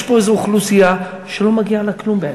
יש פה איזו אוכלוסייה שלא מגיע לה כלום בעצם.